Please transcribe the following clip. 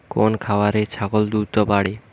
কোন খাওয়ারে ছাগল দ্রুত বাড়ে?